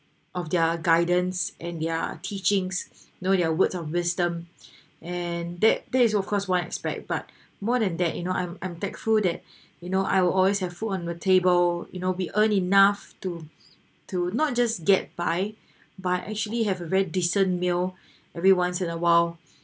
of their guidance and their teachings you know their words of wisdom and that that is of course one aspect but more than that you know I'm I'm thankful that you know I would always have food on the table you know we earn enough to to not just get by by actually have very decent meal every once in a while